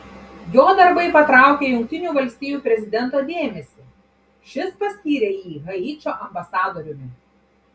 jo darbai patraukė jungtinių valstijų prezidento dėmesį šis paskyrė jį haičio ambasadoriumi